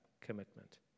commitment